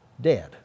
dead